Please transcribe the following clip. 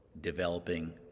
developing